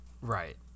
Right